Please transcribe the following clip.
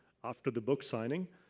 after the book signing,